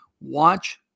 Watch